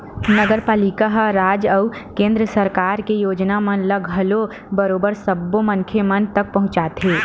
नगरपालिका ह राज अउ केंद्र सरकार के योजना मन ल घलो बरोबर सब्बो मनखे मन तक पहुंचाथे